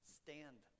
stand